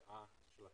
ההשקעה של הקרן.